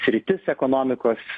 sritis ekonomikos